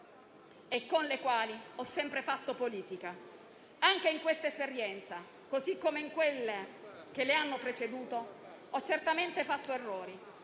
e con le quali ho sempre fatto politica. Anche in questa esperienza, così come nelle precedenti, ho certamente fatto errori;